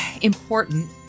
important